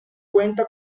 cuenta